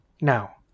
Now